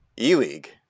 E-League